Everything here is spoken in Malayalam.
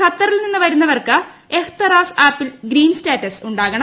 ഖത്തറിൽ നിന്ന് വരുന്നവർക്ക് എഹ്തെറാസ് ആപ്പിൽ ഗ്രീൻ സ്റ്റാറ്റസ് ഉണ്ടാവണം